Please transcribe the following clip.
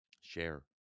share